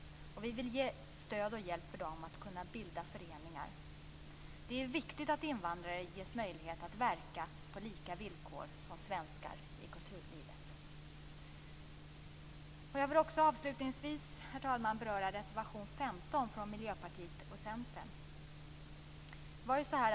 Vi vill ge stöd och hjälp till dem att kunna bilda föreningar. Det är viktigt att invandrare ges möjlighet att verka på lika villkor som svenskar i kulturlivet. Jag vill också avslutningsvis, herr talman, beröra reservation 15 från Miljöpartiet och Centern.